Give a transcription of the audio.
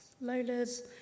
Lola's